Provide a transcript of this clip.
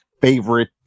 favorite